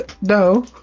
no